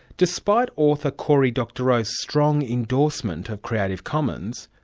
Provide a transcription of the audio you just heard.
despite author cory doctorow's strong endorsement of creative commons,